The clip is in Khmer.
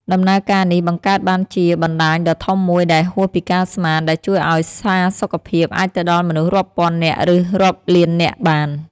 ដំណើរការនេះបង្កើតបានជាបណ្តាញដ៏ធំមួយដែលហួសពីការស្មាន ដែលជួយឲ្យសារសុខភាពអាចទៅដល់មនុស្សរាប់ពាន់នាក់ឬរាប់លាននាក់បាន។